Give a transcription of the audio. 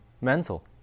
Mental